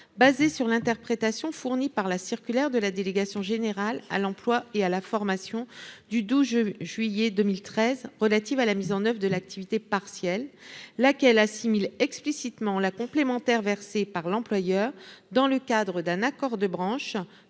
basés sur l'interprétation fournie par la circulaire de la délégation générale à l'emploi et à la formation professionnelle du 12 juillet 2013 relative à la mise en oeuvre de l'activité partielle, laquelle assimile explicitement la complémentaire versée par l'employeur dans le cadre d'un accord de branche,